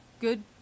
good